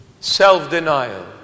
Self-denial